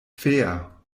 fair